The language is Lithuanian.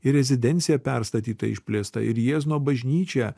ir rezidencija perstatyta išplėsta ir jiezno bažnyčia